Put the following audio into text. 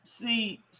see